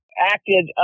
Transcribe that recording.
acted